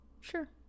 Sure